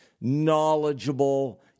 knowledgeable